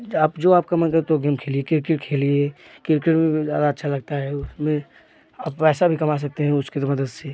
आप जो आपका मन करे तो गेम खेलिए क्रिकेट खेलिए क्रिकेट में भी ज़्यादा अच्छा लगता है उसमें पैसा भी कमा सकते हैं उसकी मदद से